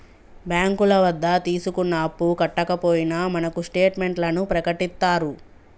బ్యాంకుల వద్ద తీసుకున్న అప్పు కట్టకపోయినా మనకు స్టేట్ మెంట్లను ప్రకటిత్తారు